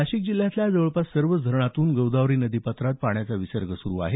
नाशिक जिल्ह्यातल्या जवळपास सर्वच धरणातून गोदावरी नदीपात्रात पाण्याचा विसर्ग सुरू आहे